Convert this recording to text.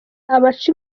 abaca